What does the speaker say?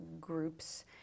groups